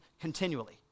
continually